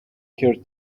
her